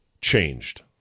changed